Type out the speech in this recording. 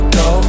go